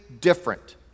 different